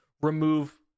remove